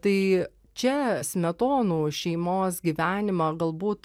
tai čia smetonų šeimos gyvenimą galbūt